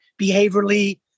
behaviorally